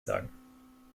sagen